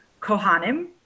Kohanim